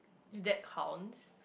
that counts